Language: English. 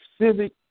civic